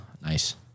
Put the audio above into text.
nice